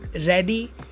ready